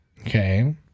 Okay